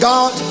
God